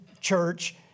Church